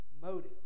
Motives